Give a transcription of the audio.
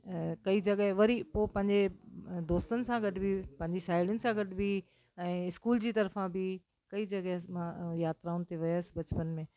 कई जॻह वरी पोइ पंहिंजे दोस्तनि सां गॾु बि पांजी साहेड़ियुनि सां गॾु बि ऐं स्कूल जी तर्फ़ां बि कई जॻह मां यात्राउनि ते वियसि बचपन में